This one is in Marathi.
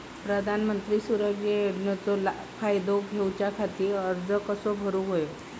प्रधानमंत्री सुरक्षा योजनेचो फायदो घेऊच्या खाती अर्ज कसो भरुक होयो?